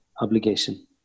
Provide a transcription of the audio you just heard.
obligation